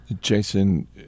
Jason